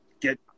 get